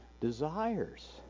desires